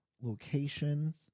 locations